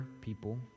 people